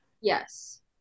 Yes